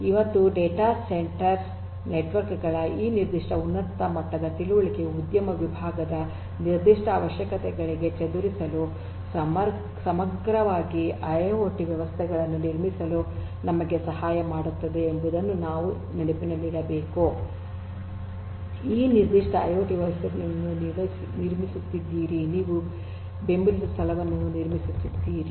ಮತ್ತು data centre network ಗಳ ಈ ನಿರ್ದಿಷ್ಟ ಉನ್ನತ ಮಟ್ಟದ ತಿಳುವಳಿಕೆಯು ಉದ್ಯಮ ವಿಭಾಗದ ನಿರ್ದಿಷ್ಟ ಅವಶ್ಯಕತೆಗಳಿಗೆ ಚದುರಿಸಲು ಸಮಗ್ರವಾಗಿ ಐಐಓಟಿ ವ್ಯವಸ್ಥೆಗಳನ್ನು ನಿರ್ಮಿಸಲು ನಮಗೆ ಸಹಾಯ ಮಾಡುತ್ತದೆ ಎಂಬುದನ್ನು ನಾವು ನೆನಪಿನಲ್ಲಿಡಬೇಕು ಈ ನಿರ್ದಿಷ್ಟ ಐಐಓಟಿ ನೀವು ವ್ಯವಸ್ಥೆಯನ್ನು ನಿರ್ಮಿಸುತ್ತಿದ್ದೀರಿ ನೀವು ಬೆಂಬಲಿಸುವ ಸ್ಥಳವನ್ನು ನಿರ್ಮಿಸುತ್ತಿದ್ದೀರಿ